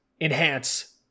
enhance